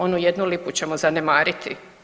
Onu jednu lipu ćemo zanemariti.